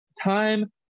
time